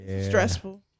Stressful